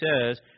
says